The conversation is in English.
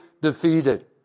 defeated